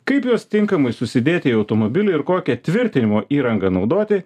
kaip juos tinkamai susidėti į automobilį ir kokią tvirtinimo įrangą naudoti